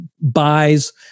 buys